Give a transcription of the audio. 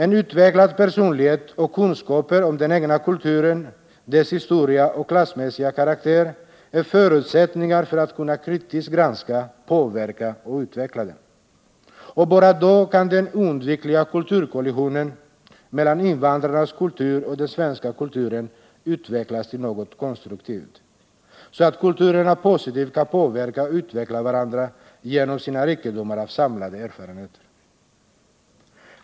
En utvecklad personlighet och kunskaper om den egna kulturen, dess historia och klassmässiga karaktär är förutsättningar för att man skall kunna kritiskt granska, påverka och utveckla den. Bara då kan den oundvikliga kulturkollisionen mellan invandrarnas kultur och den svenska kulturen utvecklas till något konstruktivt, så att kulturerna positivt kan påverka och utveckla varandra genom sina rikedomar av samlade erfarenheter.